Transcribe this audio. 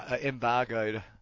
embargoed